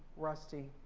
rusty.